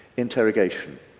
interrogation.